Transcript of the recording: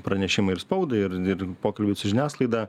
pranešimai ir spaudai ir ir pokalbiai su žiniasklaida